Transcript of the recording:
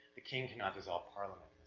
the king cannot dissolve parliament